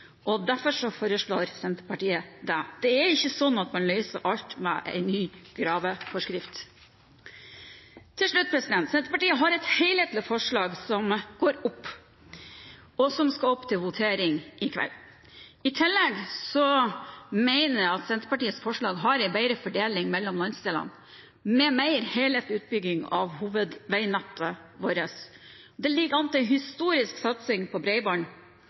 utbygging, derfor foreslår Senterpartiet det. Det er ikke slik at man løser alt med en ny graveforskrift. Til slutt: Senterpartiet har et helhetlig forslag som går opp, og som skal opp til votering i kveld. I tillegg mener jeg at Senterpartiets forslag har en bedre fordeling mellom landsdelene, med en mer helhetlig utbygging av hovedveinettet vårt. Det ligger an til en historisk satsing på